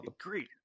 Agreed